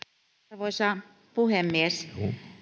arvoisa puhemies